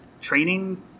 training